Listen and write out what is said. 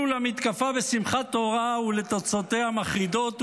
למתקפה בשמחת תורה ולתוצאותיה המחרידות,